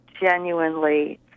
genuinely